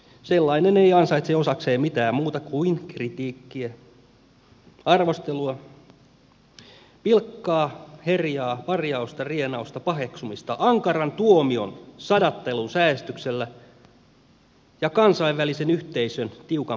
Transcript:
sellainen ei ansaitse osakseen mitään muuta kuin kritiikkiä arvostelua pilkkaa herjaa parjausta rienausta paheksumista ankaran tuomion sadattelun säestyksellä ja kansainvälisen yhteisön tiukan puuttumisen